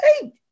hey